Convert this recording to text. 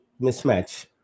mismatch